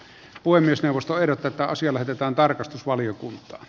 puhemiesneuvosto eroteta asia lähetetään tarkastusvaliokuntaan